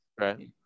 Right